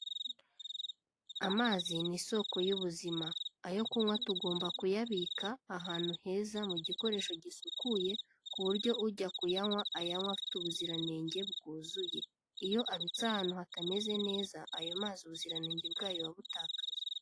Amazi ni isoko y'ubuzima, ayo kunywa tugomba kuyabika ahantu heza mu gikoresho gisukuye ku buryo ujya kuyanywa ayanywa afite ubuziranenge bwuzuye, iyo abitse ahantu hatameze neza ayo mazi ubuziranenge bwayo buba butakaye.